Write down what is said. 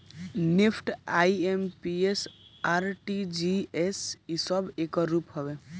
NEFT, IMPS, RTGS इ सब एकरे रूप हवे